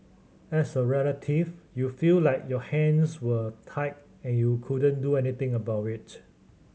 as a relative you feel like your hands were tied and you couldn't do anything about it